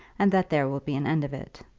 and that there will be an end of it.